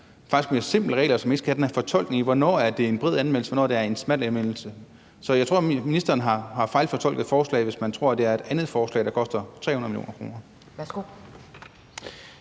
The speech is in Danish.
og faktisk mere simple regler, så man ikke skal have den her fortolkning af, hvornår det har en bred anvendelse, og hvornår det har en smal anvendelse. Så jeg tror, ministeren har fejlfortolket forslaget, hvis man tror, det er et andet forslag, der koster 300 mio. kr.